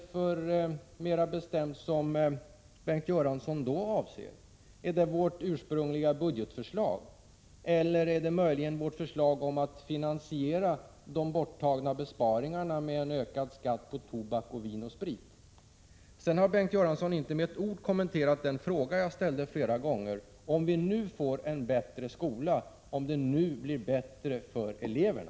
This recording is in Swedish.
Vad är det, mer bestämt, som Bengt Göransson då avser? Är det vårt ursprungliga budgetförslag, eller är det möjligen vårt förslag att finansiera de borttagna besparingarna med ökad skatt på tobak, vin och sprit? Vidare har Bengt Göransson inte med ett ord kommenterat den fråga jag flera gånger ställde, nämligen om vi nu får en bättre skola, om det nu blir bättre för eleverna.